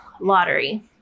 lottery